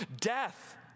death